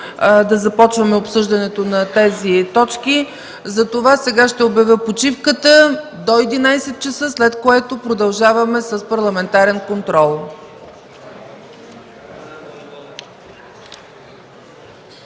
да започваме обсъждането на тези точки. Сега ще обявя почивката до 11,00 ч., след което продължаваме с Парламентарен контрол.